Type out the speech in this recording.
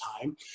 time